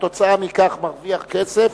ועקב כך מרוויח כסף,